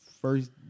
first